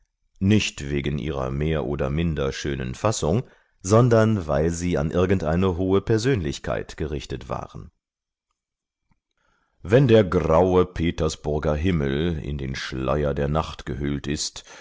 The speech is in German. nicht wegen ihrer mehr oder minder schönen fassung sondern weil sie an irgendeine hohe persönlichkeit gerichtet waren wenn der graue petersburger himmel in den schleier der nacht gehüllt ist